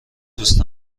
دوست